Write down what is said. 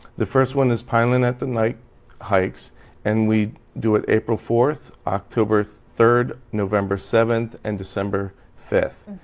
the first one is pineland at the night hikes and we do it april fourth, october third, november seventh and december fifth.